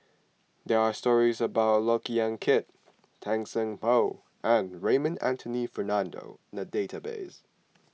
there are stories about Look Yan Kit Tan Seng Poh and Raymond Anthony Fernando in the database